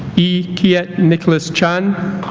ee kiat nicholas chan